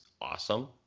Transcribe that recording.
awesome